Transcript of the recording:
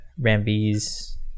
Rambee's